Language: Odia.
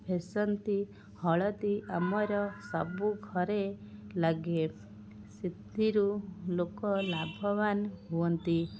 ଫେସନ୍ତି ହଳଦୀ ଆମର ସବୁଘରେ ଲାଗେ ସେଥିରୁ ଲୋକ ଲାଭବାନ ହୁଅନ୍ତି